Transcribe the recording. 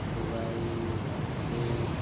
ᱵᱩᱵᱟᱭ ᱵᱟᱥᱠᱮ